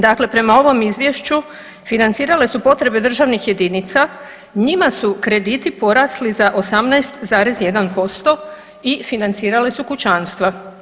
Dakle, prema ovom izvješću financirale su potrebe državnih jedinica, njima su krediti porasli za 18,1% i financirale su kućanstva.